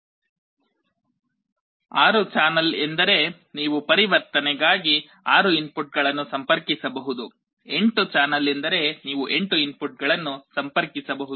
6 channel ಎಂದರೆ ನೀವು ಪರಿವರ್ತನೆಗಾಗಿ 6 ಇನ್ಪುಟ್ಗಳನ್ನು ಸಂಪರ್ಕಿಸಬಹುದು 8 ಚಾನಲ್ ಎಂದರೆ ನೀವು 8 ಇನ್ಪುಟ್ಗಳನ್ನು ಸಂಪರ್ಕಿಸಬಹುದು